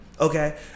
Okay